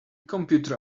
computer